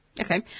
Okay